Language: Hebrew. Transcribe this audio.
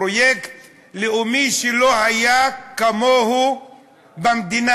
פרויקט לאומי שלא היה כמוהו במדינה.